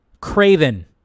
Craven